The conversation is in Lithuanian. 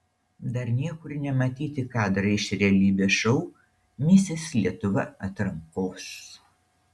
dar niekur nematyti kadrai iš realybės šou misis lietuva atrankos